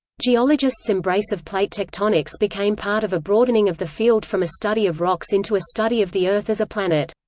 geologists' embrace of plate tectonics became part of a broadening of the field from a study of rocks into a study of the earth as a planet.